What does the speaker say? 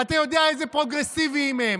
אתה יודע איזה פרוגרסיביים הם,